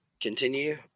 continue